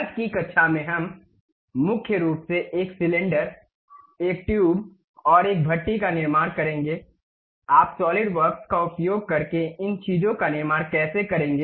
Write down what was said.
आज की कक्षा में हम मुख्य रूप से एक सिलेंडर एक ट्यूब और एक भट्ठी का निर्माण करेंगे आप सॉलिडवर्क्स का उपयोग करके इन चीजों का निर्माण कैसे करेंगे